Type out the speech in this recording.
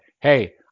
hey